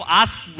ask